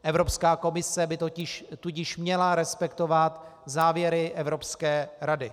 Evropská komise by tudíž měla respektovat závěry Evropské rady.